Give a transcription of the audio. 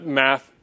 math